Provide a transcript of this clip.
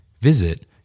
Visit